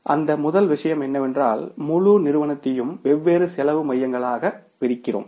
எனவே அந்த முதல் விஷயம் என்னவென்றால் முழு நிறுவனத்தையும் வெவ்வேறு காஸ்ட் சென்டர்ங்களாகப் பிரிக்கிறோம்